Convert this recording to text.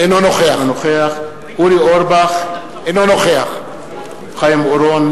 אינו נוכח אורי אורבך, אינו נוכח חיים אורון,